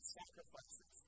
sacrifices